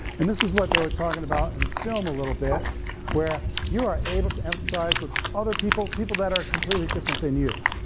and this is what they were talkin' about in the film a little bit where you are able to empathize with other people, people that are completely different than you,